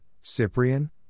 Cyprian